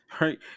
right